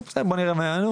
בסדר, בואו נראה מה יענו.